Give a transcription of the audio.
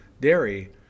dairy